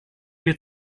wir